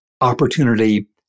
opportunity